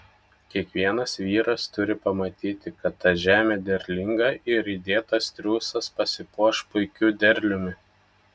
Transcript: kiekvienas vyras turi pamatyti kad ta žemė derlinga ir įdėtas triūsas pasipuoš puikiu derliumi